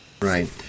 Right